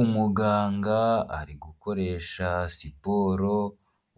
Umuganga ari gukoresha siporo